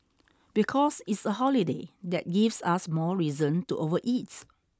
because it's a holiday that gives us more reason to overeat